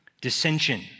Dissension